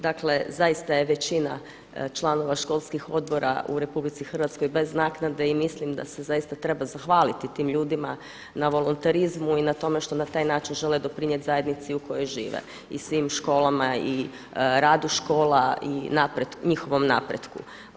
Dakle, zaista je većina članova školskih odbora u Republici Hrvatskoj bez naknade i mislim da se zaista treba zahvaliti tim ljudima na volontarizmu i na tome što na taj način žele doprinijeti zajednici u kojoj žive i svim školama i radu škola i njihovom napretku.